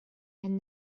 and